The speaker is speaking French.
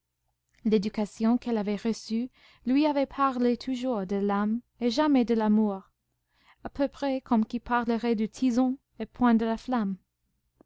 l'éducation qu'elle avait reçue lui avait parlé toujours de l'âme et jamais de l'amour à peu près comme qui parlerait du tison et point de la flamme